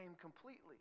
completely